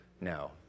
No